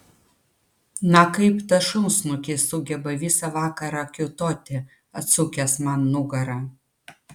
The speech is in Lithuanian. na kaip tas šunsnukis sugeba visą vakarą kiūtoti atsukęs man nugarą